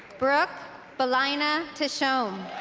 biruk belayneh ah teshome